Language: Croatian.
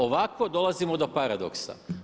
Ovako dolazimo do paradoksa.